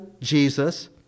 Jesus